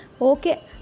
Okay